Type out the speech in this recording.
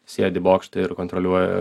sėdi bokšte ir kontroliuoja